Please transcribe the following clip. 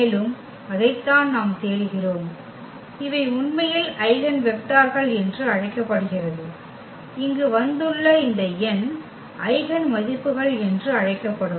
மேலும் அதைத்தான் நாம் தேடுகிறோம் இவை உண்மையில் ஐகென் வெக்டர்கள் என்று அழைக்கப்படுகிறது இங்கு வந்துள்ள இந்த எண் ஐகென் மதிப்புகள் என்று அழைக்கப்படும்